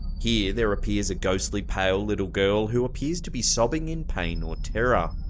here there appears a ghostly pale little girl, who appears to be sobbing in pain or terror.